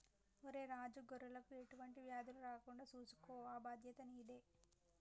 ఒరై రాజు గొర్రెలకు ఎటువంటి వ్యాధులు రాకుండా సూసుకో ఆ బాధ్యత నీదే